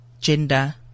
Gender